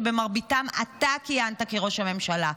ובמרביתן אתה כיהנת כראש הממשלה.